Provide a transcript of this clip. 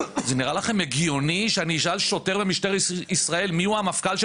זה נראה לכם הגיוני שאני אשאל שוטר במשטרת ישראל מיהו המפכ"ל של